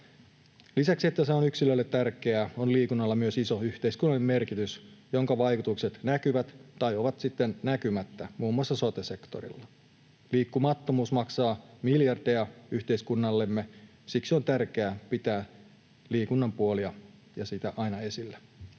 lisäksi, että se on yksilölle tärkeää, liikunnalla on myös iso yhteiskunnallinen merkitys, ja sen vaikutukset näkyvät — tai ovat sitten näkymättä — muun muassa sote-sektorilla. Liikkumattomuus maksaa miljardeja yhteiskunnallemme. Siksi on tärkeää pitää liikunnan puolia ja pitää sitä aina esillä.